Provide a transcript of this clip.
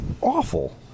awful